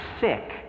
sick